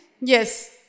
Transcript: Yes